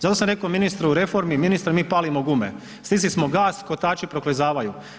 Zato sam rekao ministru o reformi, ministre mi palimo gume, stisli smo gas, kotači proklizavaju.